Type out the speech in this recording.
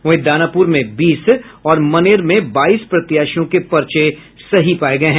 वहीं दानापुर में बीस और मनेर में बाईस प्रत्याशियों के पर्चे सही पाये गये है